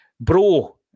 bro